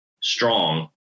strong